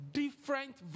different